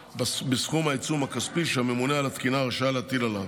בסכום העיצום הכספי שהממונה על התקינה רשאי להטיל עליו,